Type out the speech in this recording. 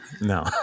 no